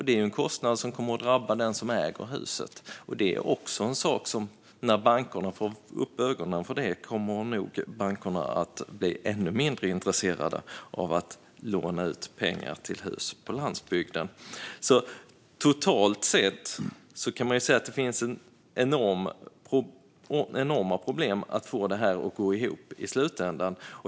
Det är en kostnad som kommer att drabba den som äger huset. När bankerna får upp ögonen för det är det också en sak som nog gör att bankerna blir ännu mindre intresserade av att låna ut pengar till hus på landsbygden. Totalt sett kan man säga att det finns enorma problem att få det att gå ihop i slutändan.